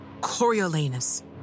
Coriolanus